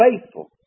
faithful